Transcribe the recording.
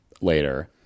later